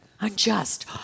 unjust